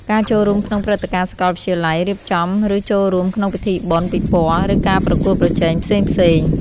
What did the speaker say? ការចូលរួមក្នុងព្រឹត្តិការណ៍សាកលវិទ្យាល័យ: រៀបចំ ឬចូលរួមក្នុងពិធីបុណ្យ ពិព័រណ៍ ឬការប្រកួតប្រជែងផ្សេងៗ។